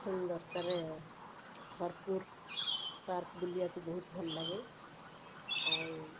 ସୁନ୍ଦରତାରେ ଭରପୁର ପାର୍କ ବୁଲିବାକୁ ବହୁତ ଭଲ ଲାଗେ ଆଉ